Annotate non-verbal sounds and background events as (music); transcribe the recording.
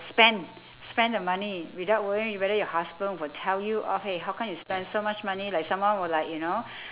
spend spend the money without worrying whether your husband will tell you off !hey! how come you spend so much money like someone will like you know (breath)